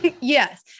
Yes